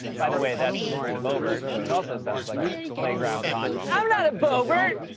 by the way, that's lauren boebert, which also sounds like a playground taunt. i'm not a boebert!